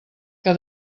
que